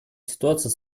ситуация